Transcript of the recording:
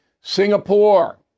Singapore